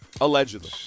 Allegedly